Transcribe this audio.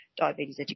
diabetes